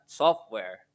software